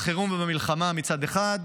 בחירום ובמלחמה מצד אחד,